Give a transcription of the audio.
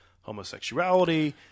homosexuality